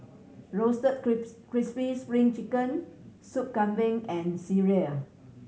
roasted crispy Spring Chicken Sup Kambing and sireh